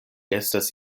estas